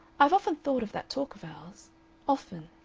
i've often thought of that talk of ours often.